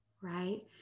right